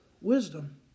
wisdom